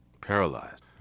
Paralyzed